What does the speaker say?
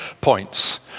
points